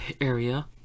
area